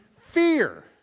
fear